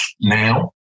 now